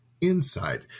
inside